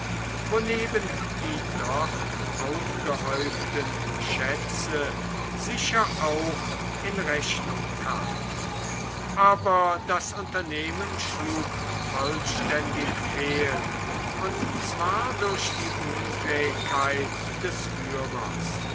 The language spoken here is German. wo neben die dort aufgehäuften schätze sicher auch in rechnung kamen aber das unternehmen schlug vollständig fehl und zwar durch die unfähigkeit des führers